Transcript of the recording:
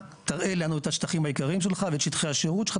תראה לנו את השטחים העיקריים שלך ואת שטחי השירות שלך.